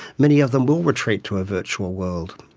many of them will retreat to a virtual world.